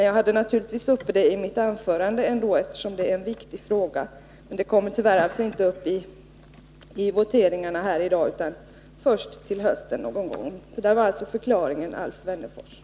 Jag hade naturligtvis detta uppe i mitt anförande, eftersom jag tycker att det är en viktig fråga. Men den kommer alltså inte upp i voteringarna i dag utan först någon gång under hösten. Det är förklaringen, Alf Wennerfors.